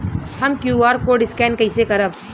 हम QR code scan कइसे करब?